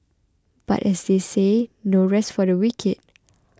but as they say no rest for the wicked